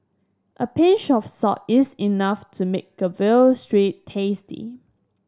a pinch of salt is enough to make a veal street tasty